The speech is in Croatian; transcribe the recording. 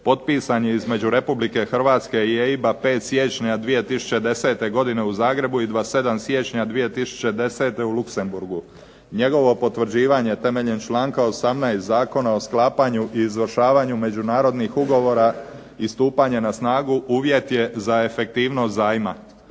potpisan je između Republike Hrvatske i EIB-a 5. siječnja 2010. godine u Zagrebu i 27. siječnja 2010. u Luxemburgu. Njegovo potvrđivanje temeljem članka 18. Zakona o sklapanju i izvršavanju međunarodnih ugovora i stupanja na snagu uvjet je za efektivnost zajma.